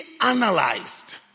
analyzed